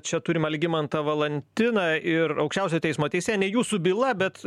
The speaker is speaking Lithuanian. čia turim algimantą valantiną ir aukščiausiojo teismo teisėją ne jūsų byla bet